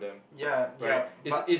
ya ya but